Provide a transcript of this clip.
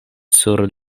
sur